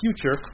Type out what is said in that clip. future